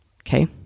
Okay